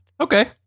Okay